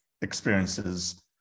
experiences